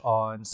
on